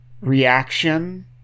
reaction